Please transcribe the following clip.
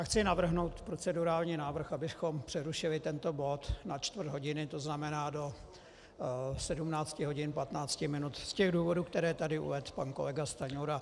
Chci navrhnout procedurální návrh, abychom přerušili tento bod na čtvrt hodiny, to znamená do 17 hodin 15 minut, z těch důvodů, které tady uvedl pan kolega Stanjura.